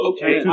Okay